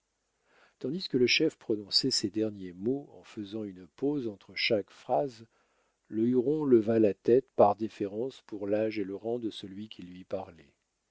tandis que le chef prononçait ces derniers mots en faisant une pause entre chaque phrase le huron leva la tête par déférence pour l'âge et le rang de celui qui lui parlait